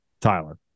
Tyler